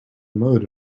mode